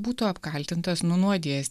būtų apkaltintas nunuodijęs